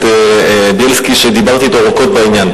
הכנסת בן-ארי,